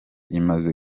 imaze